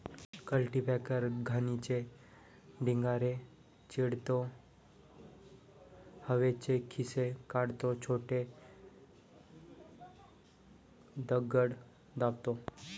cultipacker घाणीचे ढिगारे चिरडतो, हवेचे खिसे काढतो, छोटे दगड दाबतो